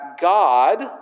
God